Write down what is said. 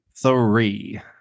three